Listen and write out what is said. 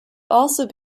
also